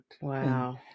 Wow